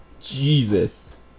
Jesus